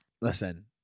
Listen